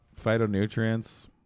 phytonutrients